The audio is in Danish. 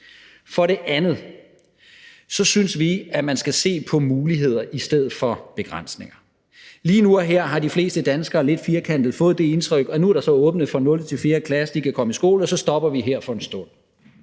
Som det andet synes vi, at man skal se på muligheder i stedet for begrænsninger. Lige nu og her har de fleste danskere lidt firkantet sagt fået det indtryk, at nu, hvor der så er åbnet for 0. til 4. klasse, så de kan komme i skole, så stopper vi her for en stund.